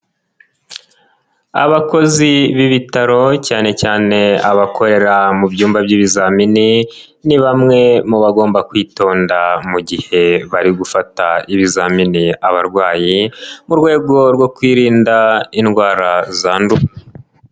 Abakozi b'ibitaro cyane cyane abakorera mu byumba by'ibizamini ni bamwe mu bagomba kwitonda mu gihe bari gufata ibizamini abarwayi mu rwego rwo kwirinda indwara zandura.